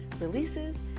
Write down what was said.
releases